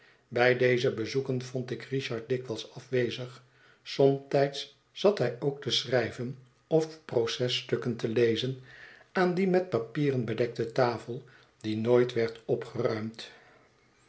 bij deze bezoeken vond ik richard dikwijls afwezig somtijds zat hij ook te schrijven of processtukken te lezen aan die met papieren bedekte tafel die nooit werd opgeruimd